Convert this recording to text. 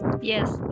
yes